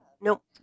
Nope